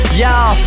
y'all